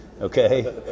Okay